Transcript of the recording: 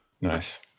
Nice